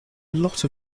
lot